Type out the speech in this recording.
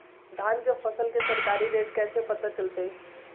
धान के फसल के सरकारी रेट कैसे पता चलताय?